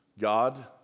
God